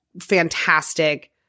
fantastic